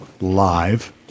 live